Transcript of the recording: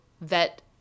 vet